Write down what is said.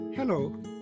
Hello